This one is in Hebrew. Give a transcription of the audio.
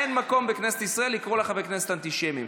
אין מקום בכנסת ישראל לקרוא לחברי כנסת אנטישמים,